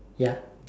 ya